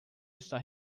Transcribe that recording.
estar